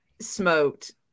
smoked